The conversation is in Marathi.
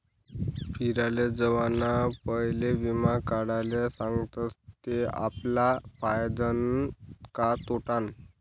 फिराले जावाना पयले वीमा काढाले सांगतस ते आपला फायदानं का तोटानं